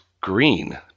green